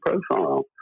profile